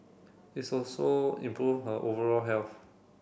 its also improve her overall health